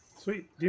Sweet